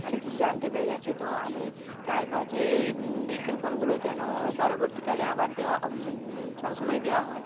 অনেক কিছু জানতে পেরে যাচ্ছে তো আমি চাইব যে এই বিজ্ঞাপনগুলো যেন পরবর্তীকালে আবার দেওয়া সব সময় দেওয়া হয়